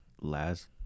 Last